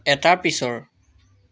এটাৰ পিছৰ